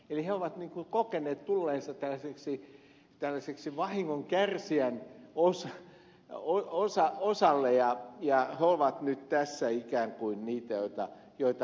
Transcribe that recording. eli he ovat niin kuin kokeneet tulleensa pääsyyksi tällaiseksi vahingon kärsijän osa tällaiseen vahingonkärsijän osaan ja he ovat nyt tässä ikään kuin niitä joita lyödään